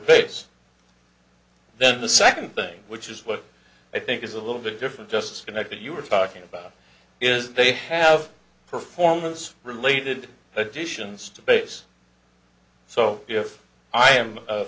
base then the second thing which is what i think is a little bit different just connected you are talking about is they have performance related additions to base so if i am